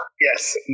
Yes